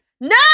No